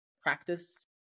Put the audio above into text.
practice